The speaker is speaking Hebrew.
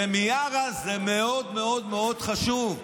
למיארה זה מאוד מאוד מאוד חשוב,